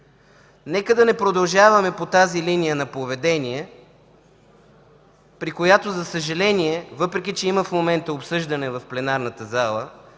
Нека да не продължаваме по тази линия на поведение, при която, за съжаление, въпреки че в момента има обсъждане в пленарната зала,